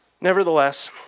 Nevertheless